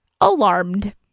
alarmed